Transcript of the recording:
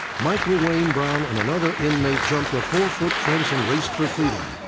michael wayne brown and another inmate jumped a four foot fence and raced for freedom.